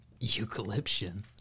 Eucalyptian